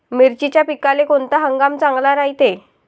मिर्चीच्या पिकाले कोनता हंगाम चांगला रायते?